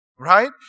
right